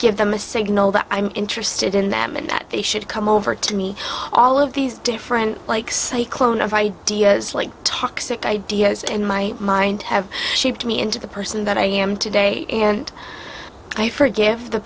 give them a signal that i'm interested in them and that they should come over to me all of these different likes a clone of ideas like toxic ideas and my mind have shaped me into the person that i am today and i forgive the